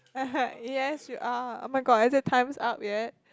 yes you are oh my god is it times up yet